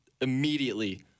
immediately